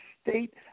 state